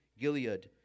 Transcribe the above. Gilead